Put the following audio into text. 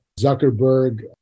Zuckerberg